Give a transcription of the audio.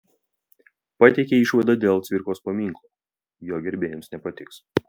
pateikė išvadą dėl cvirkos paminklo jo gerbėjams nepatiks